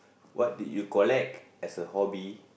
what did you collect as a hobby